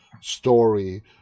story